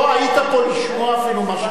הייתי בישיבת סיעה,